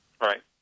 Right